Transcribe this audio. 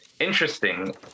interesting